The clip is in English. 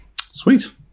Sweet